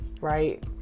Right